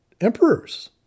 emperors